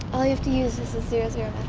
all you have to use is the zero-zero